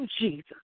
Jesus